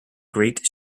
great